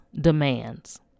demands